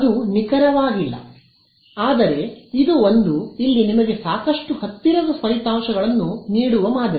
ಅದು ನಿಖರವಾಗಿಲ್ಲ ಆದರೆ ಇದು ಒಂದು ಇಲ್ಲಿ ನಿಮಗೆ ಸಾಕಷ್ಟು ಹತ್ತಿರದ ಫಲಿತಾಂಶಗಳನ್ನು ನೀಡುವ ಮಾದರಿ